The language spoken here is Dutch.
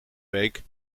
week